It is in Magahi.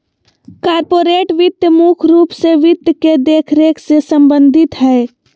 कार्पोरेट वित्त मुख्य रूप से वित्त के देखरेख से सम्बन्धित हय